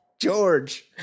George